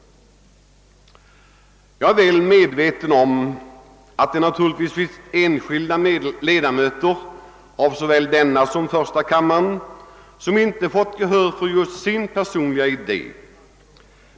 Jag är väl medveten om att enskilda ledamöter av såväl denna kammare som första kammaren inte fått gehör för just sin personliga idé.